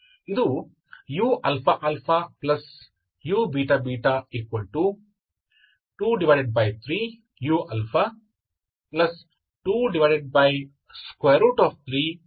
ಇದು uααuββ23u23u ಅಂಗೀಕೃತ ರೂಪವಾಗಿದೆ